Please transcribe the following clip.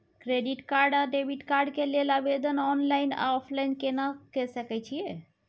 Credit card आ debit card के लेल आवेदन ऑनलाइन आ ऑफलाइन केना के सकय छियै?